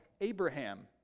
Abraham